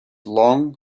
long